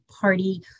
party